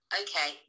okay